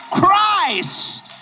Christ